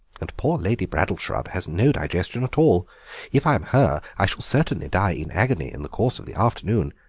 and poor lady braddleshrub has no digestion at all if i am her i shall certainly die in agony in the course of the afternoon,